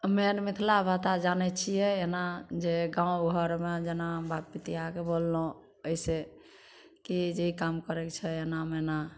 हमे आर मिथिला भाषा जानै छिए एना जे गामघरमे जेना बतिआके बोललहुँ एहिसे कि जे काम करैके छै एनामे एना